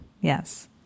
Yes